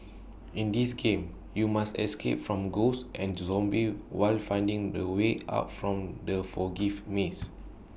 in this game you must escape from ghosts and zombies while finding the way out from the foggy maze